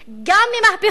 גם ממהפכות